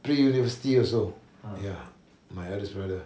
pre-university also ya my eldest brother